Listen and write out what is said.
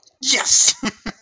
Yes